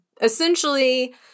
Essentially